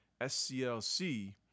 SCLC